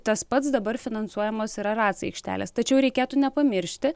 tas pats dabar finansuojamos yra ratc aikštelės tačiau reikėtų nepamiršti